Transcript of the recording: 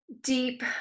deep